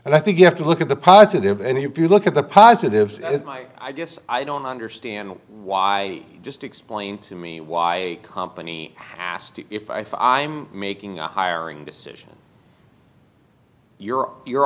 and i think you have to look at the positive and if you look at the positives i just i don't understand why just explain to me why kompany asked if i am making a hiring decision you're you're